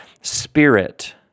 Spirit